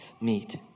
meet